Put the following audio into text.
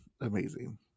amazing